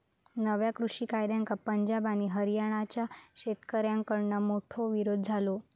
नव्या कृषि कायद्यांका पंजाब आणि हरयाणाच्या शेतकऱ्याकडना मोठो विरोध झालो